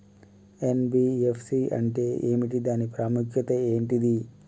NBFC అంటే ఏమిటి దాని ప్రాముఖ్యత ఏంటిది?